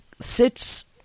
sits